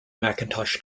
macintosh